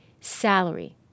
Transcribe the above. salary